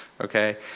okay